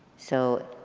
so,